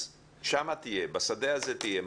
אז שמה תהיה, בשדה הזה תהיה.